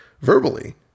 verbally